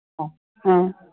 ꯑꯣ ꯑꯥ